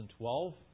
2012